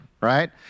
right